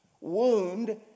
wound